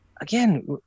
Again